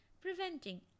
preventing